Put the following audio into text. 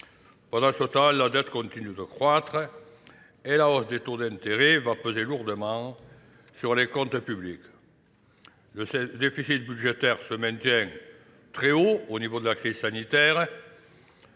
Pendant ce temps, la dette continue de croître et la hausse des taux d'intérêt va peser lourdement sur les comptes publics. Le déficit budgétaire se maintient très haut au niveau de la crise sanitaire